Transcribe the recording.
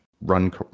run